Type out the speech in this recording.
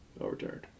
overturned